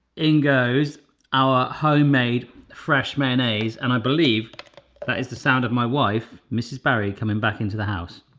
in goes our homemade fresh mayonnaise. and i believe, that is the sound of my wife, mrs. barry, coming back into the house.